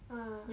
ah